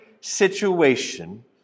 situation